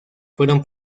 fueron